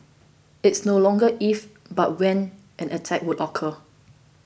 it's no longer if but when an attack would occur